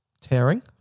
Tearing